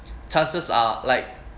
chances are like